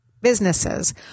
businesses